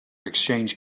exchange